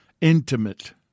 intimate